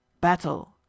Battle